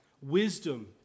Wisdom